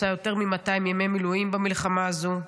עשה יותר מ-200 ימי מילואים במלחמה הזו,